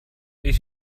ich